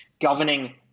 governing